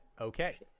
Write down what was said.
okay